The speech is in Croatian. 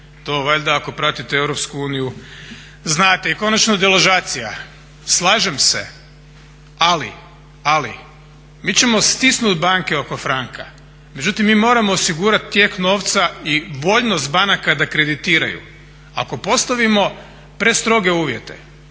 To valjda ako pratite EU znate. I konačno deložacija, slažem se, ali mi ćemo stisnuti banke oko franka, međutim mi moramo osigurati tijek novca i voljnost banaka da kreditiraju. Ako postavimo prestroge uvjete